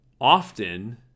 often